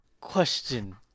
Question